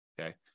Okay